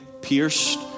pierced